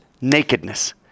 nakedness